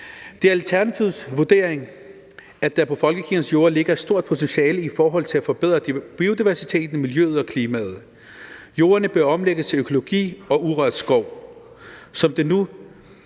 Det er Alternativets vurdering, at der på folkekirkens jorder ligger et stort potentiale i forhold til at forbedre biodiversiteten, miljøet og klimaet. Jorderne bør omlægges til økologi og urørt skov. Som det er